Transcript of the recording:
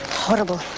horrible